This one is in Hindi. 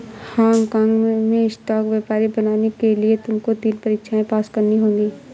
हाँग काँग में स्टॉक व्यापारी बनने के लिए तुमको तीन परीक्षाएं पास करनी होंगी